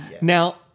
Now